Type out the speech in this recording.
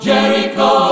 Jericho